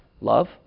love